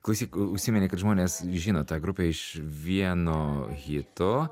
klausyk užsiminei kad žmonės žino tą grupę iš vieno hito